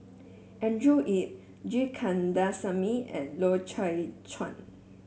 Andrew Yip G Kandasamy and Loy Chye Chuan